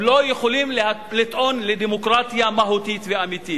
הם לא יכולים לטעון לדמוקרטיה מהותית ואמיתית.